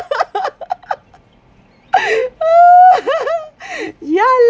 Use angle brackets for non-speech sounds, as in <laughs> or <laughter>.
<laughs> ya